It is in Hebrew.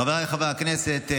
חבריי חברי הכנסת,